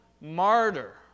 martyr